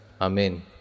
Amen